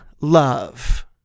love